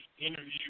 interview